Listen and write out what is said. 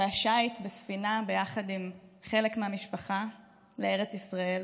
והשיט בספינה יחד עם חלק מהמשפחה לארץ ישראל,